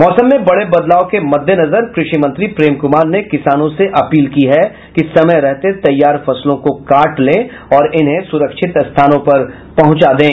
मौसम में बड़े बदलाव के मद्देनजर कृषि मंत्री प्रेम कुमार ने किसानों से अपील की है कि समय रहते तैयार फसलों को काट लें और इन्हें सुरक्षित स्थानों पर पहुंचा दें